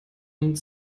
und